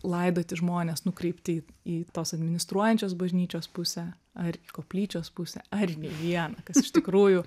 laidoti žmones nukreipti į tos administruojančios bažnyčios pusę ar į koplyčios pusę ar nei į vieną kas iš tikrųjų